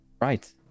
right